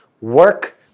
Work